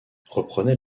reprenait